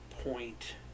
point